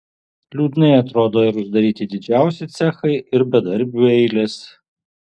liūdnai atrodo ir uždaryti didžiausi cechai ir bedarbių eilės